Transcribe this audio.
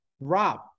Rob